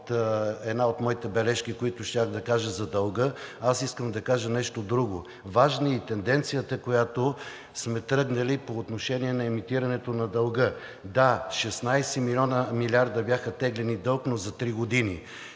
една от моите бележки, които щях да кажа за дълга. Аз искам да кажа нещо друго. Важна е и тенденцията по отношение на емитирането на дълга. Да, 16 милиарда бяха теглени дълг, но за три години.